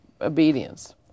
obedience